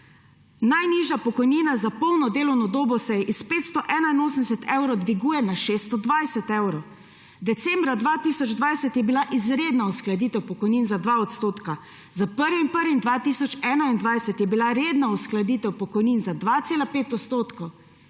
Najnižja pokojnina za polno delovno dobo se s 581 evrov dviguje na 620 evrov. Decembra 2020 je bila izredna uskladitev pokojnin za 2 %, s 1. 1. 2021 je bila redna uskladitev pokojnin za 2,5 % in tudi